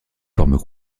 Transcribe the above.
forme